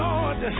Lord